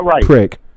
prick